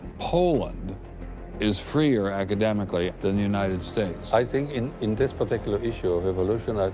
poland is freer academically than the united states? i think in in this particular issue of evolution, ah